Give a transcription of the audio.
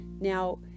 Now